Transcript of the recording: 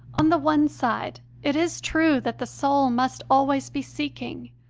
on the one side, it is true that the soul must always be seeking,